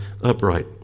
upright